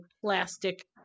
plastic